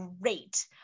great